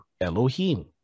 Elohim